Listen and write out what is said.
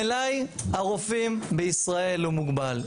מלאי הרופאים בישראל הוא מוגבל.